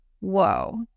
Whoa